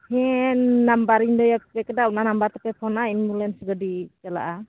ᱦᱮᱸ ᱱᱟᱢᱵᱟᱨᱤᱧ ᱞᱟᱹᱭᱟᱯᱮ ᱠᱟᱱᱟ ᱚᱱᱟ ᱱᱟᱢᱵᱟᱨ ᱛᱮᱯᱮ ᱯᱷᱳᱱᱟ ᱮᱢᱵᱩᱞᱮᱱᱥ ᱜᱟᱹᱰᱤ ᱪᱟᱞᱟᱜᱼᱟ